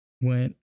went